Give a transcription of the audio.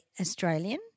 Australian